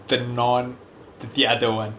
the non the other one